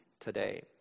today